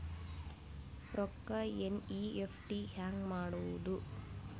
ರೊಕ್ಕ ಎನ್.ಇ.ಎಫ್.ಟಿ ಹ್ಯಾಂಗ್ ಮಾಡುವುದು?